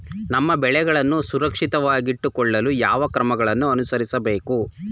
ನಮ್ಮ ಬೆಳೆಗಳನ್ನು ಸುರಕ್ಷಿತವಾಗಿಟ್ಟು ಕೊಳ್ಳಲು ಯಾವ ಕ್ರಮಗಳನ್ನು ಅನುಸರಿಸಬೇಕು?